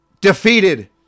defeated